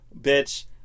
Bitch